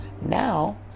Now